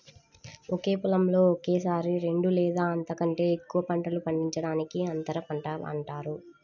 ఒకే పొలంలో ఒకేసారి రెండు లేదా అంతకంటే ఎక్కువ పంటలు పండించడాన్ని అంతర పంట అంటారు